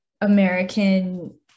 american